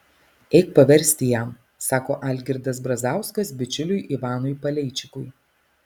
eik paversti jam sako algirdas brazauskas bičiuliui ivanui paleičikui